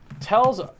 tells